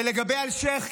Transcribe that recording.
ולגבי אלשיך,